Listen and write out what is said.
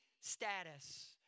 status